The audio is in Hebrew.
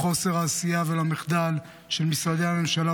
לחוסר העשייה ולמחדל של משרדי הממשלה,